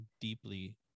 deeply